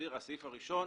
הסעיף הראשון